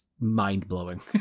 mind-blowing